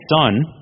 son